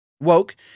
Woke